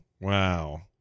Wow